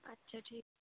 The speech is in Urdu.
اچھا ٹھیک